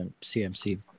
CMC